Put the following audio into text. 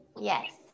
yes